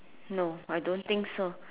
no I don't think so